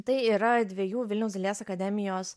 tai yra dviejų vilniaus dailės akademijos